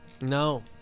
No